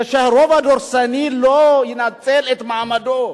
כדי שהרוב הדורסני לא ינצל את מעמדו,